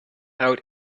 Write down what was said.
out